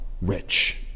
rich